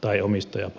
tai omistajapariskunnalle